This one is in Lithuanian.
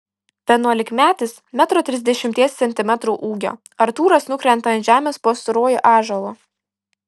vienuolikmetis metro trisdešimties centimetrų ūgio artūras nukrenta ant žemės po storuoju ąžuolu